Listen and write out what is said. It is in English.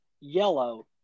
yellow